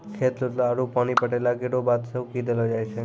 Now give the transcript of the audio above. खेत जोतला आरु पानी पटैला केरो बाद चौकी देलो जाय छै?